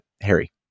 Harry